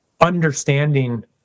understanding